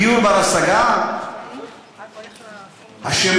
דירה בר-השגה, דיור בר-השגה.